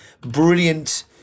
brilliant